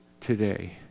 today